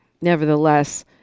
nevertheless